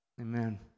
Amen